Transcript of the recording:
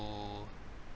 who